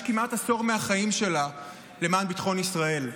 כמעט עשור מהחיים שלה למען ביטחון ישראל.